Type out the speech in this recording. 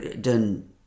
done